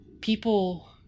people